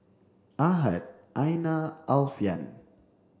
Ahad Aina Alfian